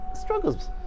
struggles